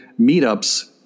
meetups